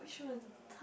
which one